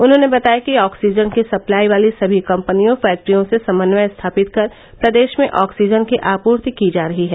उन्होंने बताया कि ऑक्सीजन की सप्लाई वाली सभी कम्पनियों फैक्ट्रियों से समन्वय स्थापित कर प्रदेश में आक्सीजन की आपूर्ति की जा रही है